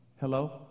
Hello